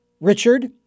Richard